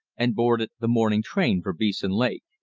and boarded the morning train for beeson lake.